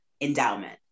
endowment